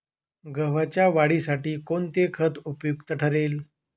गव्हाच्या वाढीसाठी कोणते खत उपयुक्त ठरेल?